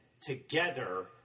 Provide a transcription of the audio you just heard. together